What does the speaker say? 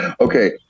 Okay